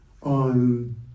on